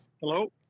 Hello